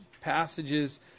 passages